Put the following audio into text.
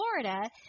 Florida